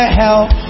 help